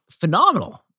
phenomenal